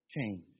change